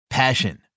passion